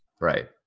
Right